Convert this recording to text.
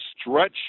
stretch